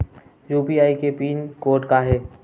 UPI के pin code का हे?